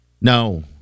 No